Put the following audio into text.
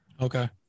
Okay